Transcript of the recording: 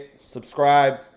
subscribe